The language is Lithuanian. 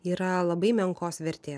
yra labai menkos vertės